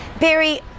Barry